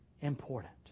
important